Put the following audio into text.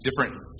different